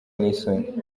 n’isoni